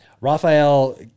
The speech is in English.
Raphael